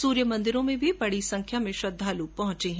सूर्य मंन्दिरों में भी बडी संख्या में श्रद्वालु पहुंचे हैं